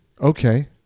Okay